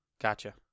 Gotcha